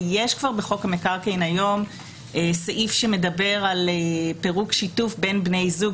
ויש בחוק המקרקעין כבר היום סעיף שמדבר על פירוק שיתוף בין בני זוג,